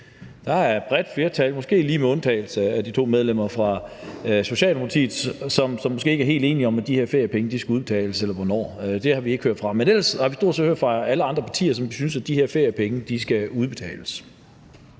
er et bredt flertal, måske lige med undtagelse af de to medlemmer fra Socialdemokratiet, som måske ikke er helt enige om, at de her feriepenge skal udbetales, eller hvornår – det har vi ikke hørt fra dem. Men ellers har vi stort set hørt fra alle andre partier, som synes, at de her feriepenge skal udbetales.